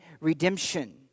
redemption